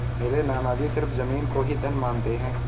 मेरे नाना जी सिर्फ जमीन को ही धन मानते हैं